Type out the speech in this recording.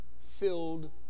filled